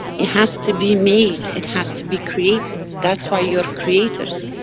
it has to be made, it has to be created. that's why you are creators.